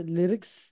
lyrics